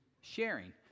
sharing